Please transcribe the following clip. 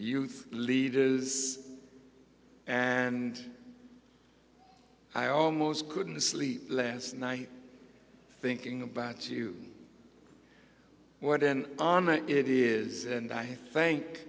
youth leaders and i almost couldn't sleep last night thinking about you what an honor it is and i thank